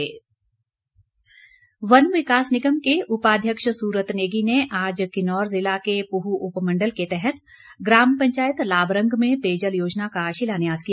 सूरत नेगी वन विकास निगम के उपाध्यक्ष सूरत नेगी ने आज किन्नौर जिला के पूह उपमण्डल के तहत ग्राम पंचायत लाबरंग में पेयजल योजना का शिलान्यास किया